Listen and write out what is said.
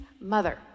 mother